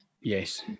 Yes